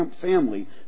family